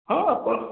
ହଁ